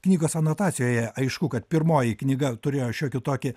knygos anotacijoje aišku kad pirmoji knyga turėjo šiokį tokį